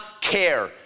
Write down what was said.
care